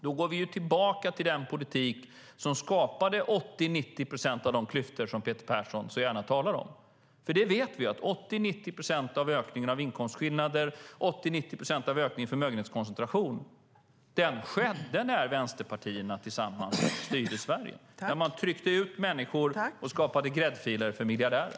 Då går vi tillbaka till den politik som skapade 80-90 procent av de klyftor som Peter Persson så gärna talar om. Vi vet att 80-90 procent av ökningen av inkomstskillnader och 80-90 procent av ökningen i förmögenhetskoncentration skedde när vänsterpartierna tillsammans styrde Sverige. Man tryckte ut människor och skapade gräddfiler för miljardärer.